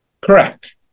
Correct